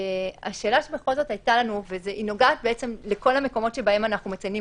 השאלה שבכל זאת הייתה לנו נוגעת לכל המקומות שבהם אנחנו מציינים